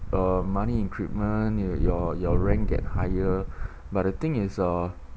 uh money increment you your your rank get higher but the thing is uh